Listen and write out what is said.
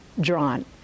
drawn